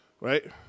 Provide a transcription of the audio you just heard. right